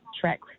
track